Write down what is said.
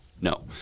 No